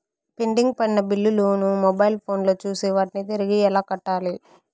pending పడిన బిల్లులు ను మొబైల్ ఫోను లో చూసి వాటిని తిరిగి ఎలా కట్టాలి